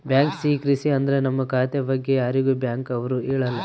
bank secrecy ಅಂದ್ರ ನಮ್ ಖಾತೆ ಬಗ್ಗೆ ಯಾರಿಗೂ ಬ್ಯಾಂಕ್ ಅವ್ರು ಹೇಳಲ್ಲ